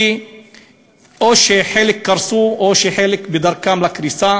כי חלק קרסו וחלק בדרכן לקריסה.